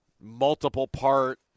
multiple-part